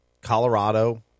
Colorado